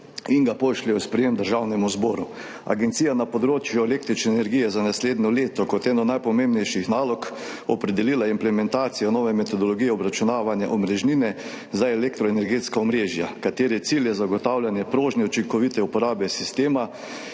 in ga pošlje v sprejetje Državnemu zboru. Agencija na področju električne energije je za naslednje leto kot eno najpomembnejših nalog opredelila implementacijo nove metodologije obračunavanja omrežnine za elektroenergetska omrežja, katere cilj je zagotavljanje prožne učinkovite uporabe sistema,